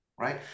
Right